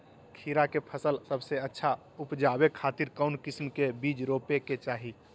खीरा के फसल सबसे अच्छा उबजावे खातिर कौन किस्म के बीज रोपे के चाही?